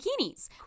bikinis